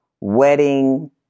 wedding